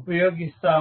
ఉపయోగిస్తాము